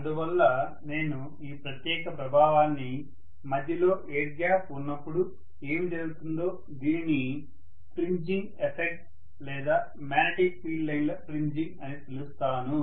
అందువల్ల నేను ఈ ప్రత్యేక ప్రభావాన్ని మధ్యలో ఎయిర్ గ్యాప్ ఉన్నప్పుడు ఏమి జరుగుతుందో దీనిని ప్రింజింగ్ ఎఫెక్ట్ లేదా మాగ్నెటిక్ ఫీల్డ్ లైన్ల ప్రింజింగ్ అని పిలుస్తాను